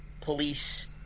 police